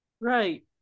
right